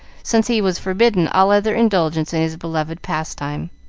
since he was forbidden all other indulgence in his beloved pastime.